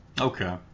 Okay